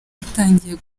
yatangiye